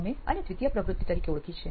અમે આને દ્વિતીય પ્રવૃત્તિ તરીકે ઓળખી છે